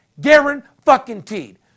Guaranteed